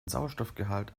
sauerstoffgehalt